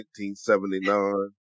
1979